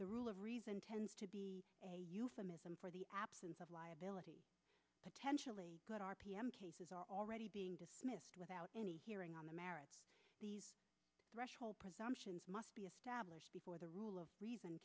the rule of reason tends to be a euphemism for the absence of liability potentially good r p m cases are already being dismissed without any hearing on the merit threshold presumption must be established before the rule of reason